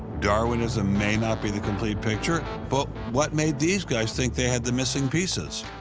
darwinism may not be the complete picture, but what made these guys think they had the missing pieces?